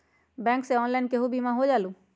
Bank से online केहु बिमा हो जाईलु?